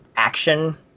action